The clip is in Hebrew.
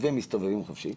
ומסתובבים חופשי,